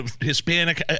Hispanic